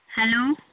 hello